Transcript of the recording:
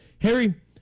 Harry